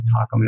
talk